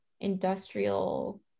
industrial